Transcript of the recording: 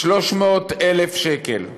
300,000 שקל,